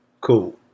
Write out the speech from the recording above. Cool